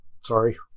sorry